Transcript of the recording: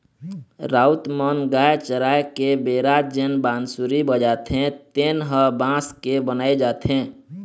राउत मन गाय चराय के बेरा जेन बांसुरी बजाथे तेन ह बांस के बनाए जाथे